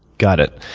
got it.